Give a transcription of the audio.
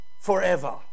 forever